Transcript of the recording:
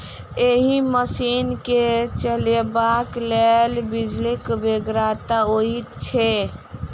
एहि मशीन के चलयबाक लेल बिजलीक बेगरता होइत छै